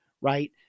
Right